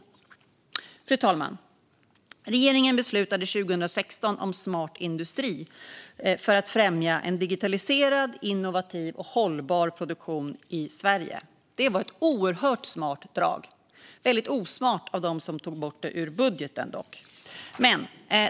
Fru talman! Regeringen beslutade 2016 om Smart industri för att främja en digitaliserad, innovativ och hållbar produktion i Sverige. Det var ett oerhört smart drag. Det var dock väldigt osmart av dem som tog bort det under budgeten.